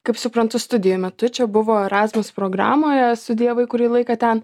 kaip suprantu studijų metu čia buvo erasmus programoje studijavai kurį laiką ten